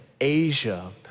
Asia